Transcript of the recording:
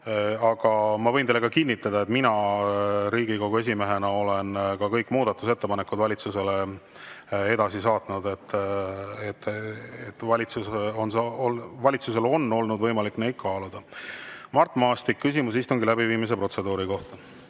Aga ma võin teile kinnitada, et mina Riigikogu esimehena olen kõik muudatusettepanekud valitsusele edasi saatnud, valitsusel on olnud võimalik neid kaaluda. Mart Maastik, küsimus istungi läbiviimise protseduuri kohta!